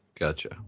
Gotcha